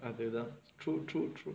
அதுதா:athuthaa true true true